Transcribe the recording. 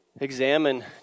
examine